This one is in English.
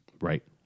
Right